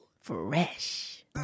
Fresh